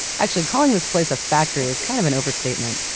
actually, calling this place a factory is kind of an overstatement.